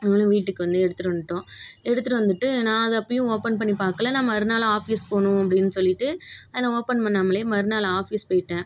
நாங்களும் வீட்டுக்கு வந்து எடுத்திட்டு வந்துட்டோம் எடுத்திட்டு வந்துட்டு நான் அதை அப்போயும் ஓப்பன் பண்ணி பார்க்கல நான் மறுநாள் ஆஃபிஸ் போகணும் அப்படின்னு சொல்லிட்டு அதை நான் ஓப்பன் பண்ணாமலே மறுநாள் ஆஃபீஸ் போயிட்டேன்